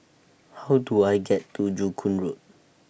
How Do I get to Joo Koon Road